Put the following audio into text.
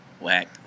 Whack